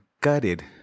gutted